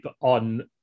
on